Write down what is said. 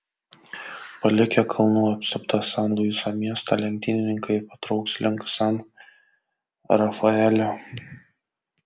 palikę kalnų apsuptą san luiso miestą lenktynininkai patrauks link san rafaelio